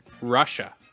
Russia